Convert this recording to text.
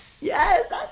Yes